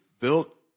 built